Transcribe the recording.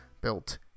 built